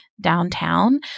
downtown